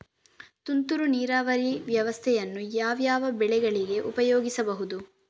ತುಂತುರು ನೀರಾವರಿ ವ್ಯವಸ್ಥೆಯನ್ನು ಯಾವ್ಯಾವ ಬೆಳೆಗಳಿಗೆ ಉಪಯೋಗಿಸಬಹುದು?